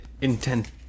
intent